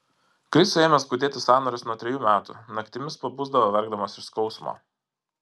krisui ėmė skaudėti sąnarius nuo trejų metų naktimis pabusdavo verkdamas iš skausmo